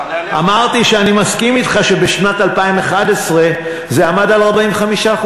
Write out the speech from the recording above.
אמרתי שאני מסכים אתך שבשנת 2011 זה עמד על 45%,